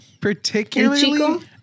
particularly